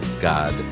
God